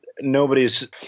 nobody's